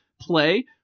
play